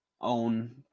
own